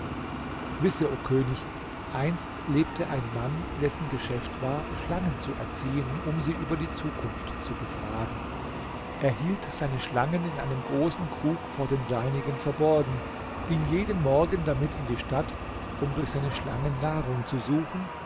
wisse o könig einst lebte ein mann dessen geschäft war schlangen zu erziehen um sie über die zukunft zu befragen er hielt seine schlangen in einem großen krug vor den seinigen verborgen ging jeden morgen damit in die stadt um durch seine schlangen nahrung zu suchen